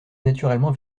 naturellement